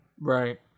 Right